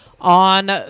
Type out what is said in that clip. on